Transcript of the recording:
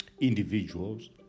individuals